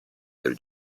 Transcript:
del